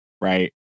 Right